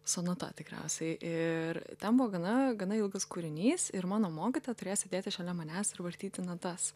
sonata tikriausiai ir ten buvo gana gana ilgas kūrinys ir mano mokytoja turėjo sėdėti šalia manęs ir vartyti natas